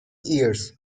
years